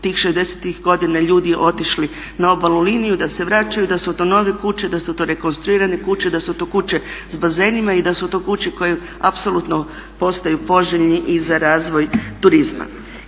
tih 60.tih godina ljudi otišli na obalnu liniju, da se vraćaju, da su to nove kuće, da su to rekonstruirane kuće, da su to kuće s bazenima i da su to kuće apsolutno postaju poželjne i za razvoj turizma.